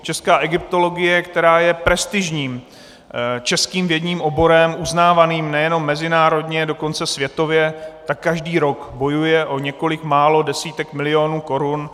Česká egyptologie, která je prestižním českým vědním oborem uznávaným nejenom mezinárodně, ale dokonce světově, každý rok bojuje o několik málo desítek milionů korun.